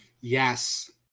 Yes